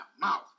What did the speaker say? mouth